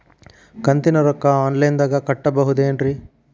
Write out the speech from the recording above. ಕಂತಿನ ರೊಕ್ಕನ ಆನ್ಲೈನ್ ದಾಗ ಕಟ್ಟಬಹುದೇನ್ರಿ?